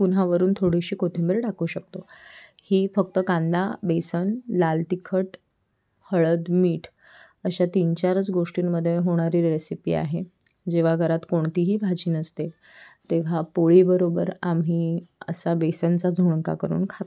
पुन्हा वरून थोडीशी कोथिंबीर टाकू शकतो ही फक्त कांदा बेसन लाल तिखट हळद मीठ अशा तीन चारच गोष्टींमध्ये होणारी रेसिपी आहे जेव्हा घरात कोणतीही भाजी नसते तेव्हा पोळी बरोबर आम्ही असा बेसनचा झुणका करून खातो